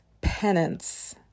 penance